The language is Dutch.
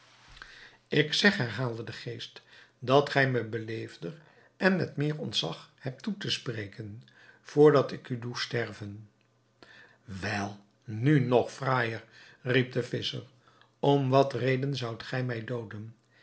ik zeg herhaalde de geest dat gij mij beleefder en met meer ontzag hebt toe te spreken voor dat ik u doe sterven wel nu nog fraaijer riep de visscher om wat reden zoudt gij mij dooden